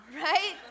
right